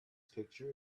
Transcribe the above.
picture